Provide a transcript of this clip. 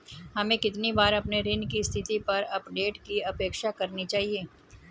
हमें कितनी बार अपने ऋण की स्थिति पर अपडेट की अपेक्षा करनी चाहिए?